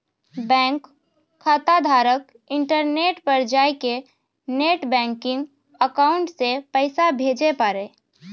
bank खाताधारक internet पर जाय कै नेट बैंकिंग अकाउंट से पैसा भेजे पारै